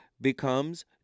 becomes